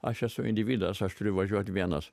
aš esu individas aš aš turiu važiuoti vienas